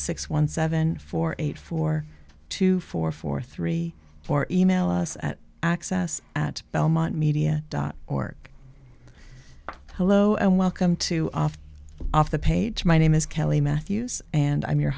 six one seven four eight four two four four three four email us at access at belmont media dot org hello and welcome to off off the page my name is kelly matthews and i'm your